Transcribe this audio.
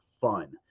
fun